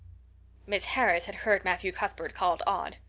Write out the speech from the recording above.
miss harris had heard matthew cuthbert called odd.